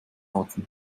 atem